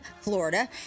Florida